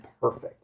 perfect